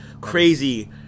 crazy